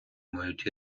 мають